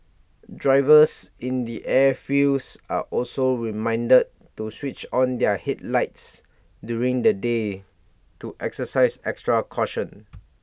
drivers in the airfields are also reminded to switch on their headlights during the day to exercise extra caution